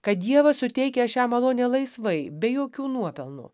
kad dievas suteikia šią malonę laisvai be jokių nuopelnų